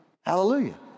Hallelujah